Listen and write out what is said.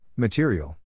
Material